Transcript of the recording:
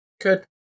Good